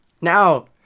now